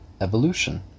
evolution